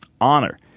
honor